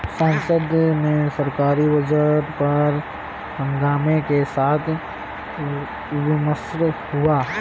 संसद में सरकारी बजट पर हंगामे के साथ विमर्श हुआ